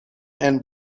and